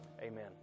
Amen